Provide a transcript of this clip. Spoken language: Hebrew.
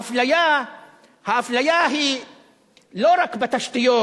האפליה היא לא רק בתשתיות,